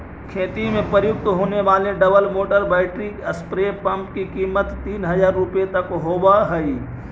खेती में प्रयुक्त होने वाले double motor battery spray pump की कीमत तीन हज़ार रुपया तक होवअ हई